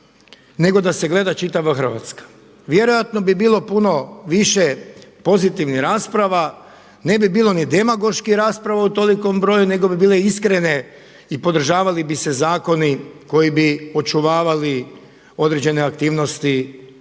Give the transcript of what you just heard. nego da se gleda čitava Hrvatska. Vjerojatno bi bilo puno više pozitivnih rasprava, ne bi bilo ni demagoških rasprava u tolikom broju, nego bi bile iskrene i podržavali bi se zakoni koji bi očuvavali određene aktivnosti u RH.